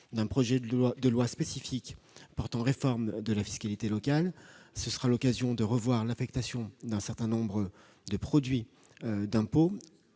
d'un projet de loi spécifique portant réforme de la fiscalité locale. Ce sera l'occasion de revoir l'affectation d'un certain nombre de produits d'impôts